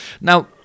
Now